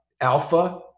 Alpha